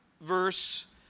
verse